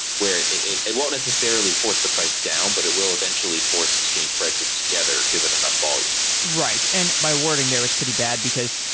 where it it won't necessarily force the price down, but it will eventually force exchange prices together given enough volume right. and my wording there is pretty bad, because